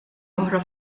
oħra